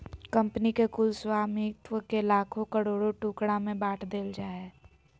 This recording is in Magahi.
कंपनी के कुल स्वामित्व के लाखों करोड़ों टुकड़ा में बाँट देल जाय हइ